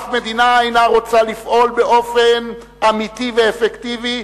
אף מדינה אינה רוצה לפעול באופן אמיתי ואפקטיבי,